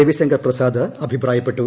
രവിശങ്കർ പ്രസാദ് അഭിപ്രായപ്പെട്ടു